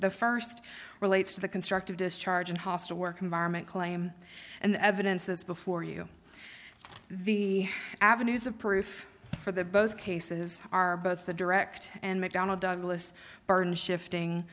the st relates to the constructive discharge and hostile work environment claim and the evidence is before you the avenues of proof for the both cases are both the direct and mcdonnell douglas burden shifting